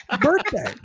birthday